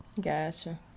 Gotcha